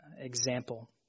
example